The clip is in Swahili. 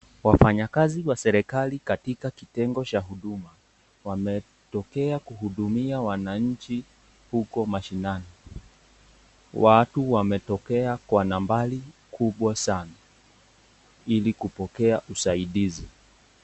Wafanyikazi wa serikali katika kitengo cha huduma wametokea kuhudumia wananchi huko mashinani. Watu wametokea kwa nambari kubwa sana ili kupokea usaidizi.